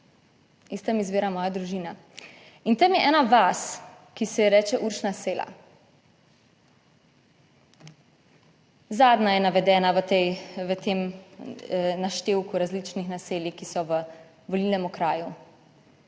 tam izvira moja družina. In tam je ena vas, ki se ji reče Uršna sela. Zadnja je navedena v tej, v tem naštevku različnih naselij, ki so v volilnem okraju.